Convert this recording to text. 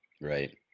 right